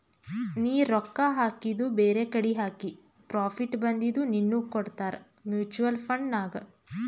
ನೀ ರೊಕ್ಕಾ ಹಾಕಿದು ಬೇರೆಕಡಿ ಹಾಕಿ ಪ್ರಾಫಿಟ್ ಬಂದಿದು ನಿನ್ನುಗ್ ಕೊಡ್ತಾರ ಮೂಚುವಲ್ ಫಂಡ್ ನಾಗ್